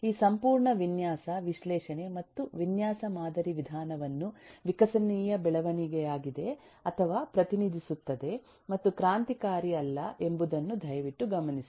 ಈ ಸಂಪೂರ್ಣ ವಿನ್ಯಾಸ ವಿಶ್ಲೇಷಣೆ ಮತ್ತು ವಿನ್ಯಾಸ ಮಾದರಿ ವಿಧಾನವನ್ನು ವಿಕಸನೀಯ ಬೆಳವಣಿಗೆಯಾಗಿದೆ ಅಥವಾ ಪ್ರತಿನಿಧಿಸುತ್ತದೆ ಮತ್ತು ಕ್ರಾಂತಿಕಾರಿ ಅಲ್ಲ ಎಂಬುದನ್ನು ದಯವಿಟ್ಟು ಗಮನಿಸಿ